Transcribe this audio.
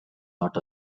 not